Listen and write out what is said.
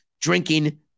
Drinking